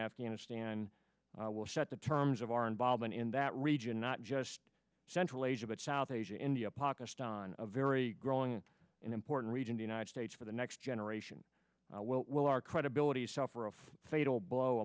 afghanistan will set the terms of our involvement in that region not just central asia but south asia india pakistan a very growing important region the united states for the next generation will our credibility suffer a fatal blow